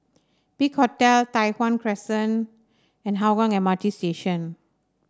Big Hotel Tai Hwan Crescent and Hougang M R T Station